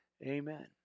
Amen